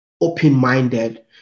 open-minded